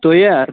تۄہہِ ہہ